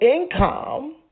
income